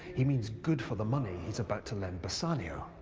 he means good' for the money he's about to iend bassanio.